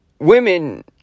Women